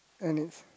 and it's